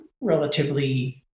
relatively